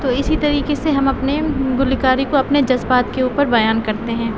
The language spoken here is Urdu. تو اسی طریقے سے ہم اپنے گلوکاری کو اپنے جذبات کے اوپر بیان کرتے ہیں